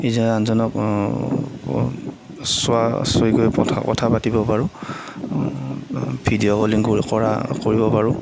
ইজনে আনজনক চোৱা চুই কৈ কথা কথা পাতিব পাৰোঁ ভিডিঅ' কলিং কৰা কৰিব পাৰোঁ